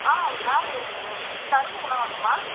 ஆ ma'am Tarun உணவகமா